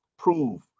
Prove